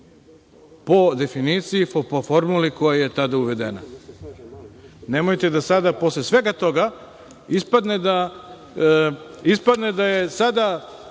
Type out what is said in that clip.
po definiciji, po formuli koja je tada uvedena. Nemojte sada da posle svega toga ispadne da smo